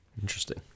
Interesting